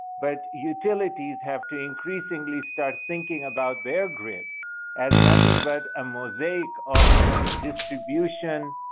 but utilities have to increasingly start thinking about their grid as nothing but a mosaic of distribution